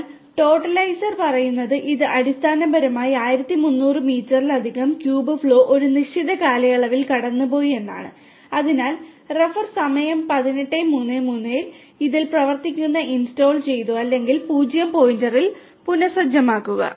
എന്നാൽ ടോട്ടലൈസർ ൽ നിന്ന് ഇത് പ്രവർത്തനം ഇൻസ്റ്റാൾ ചെയ്തു അല്ലെങ്കിൽ 0 പോയിന്റിൽ പുനസജ്ജമാക്കുക